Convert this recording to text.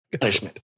punishment